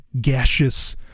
gaseous